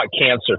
cancer